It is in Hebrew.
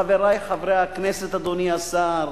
חברי חברי הכנסת, אדוני השר,